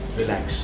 relax